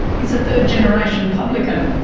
he's a third generation publican.